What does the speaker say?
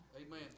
Amen